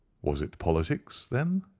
was it politics, then,